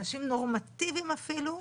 אנשים נורמטיביים אפילו,